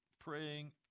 praying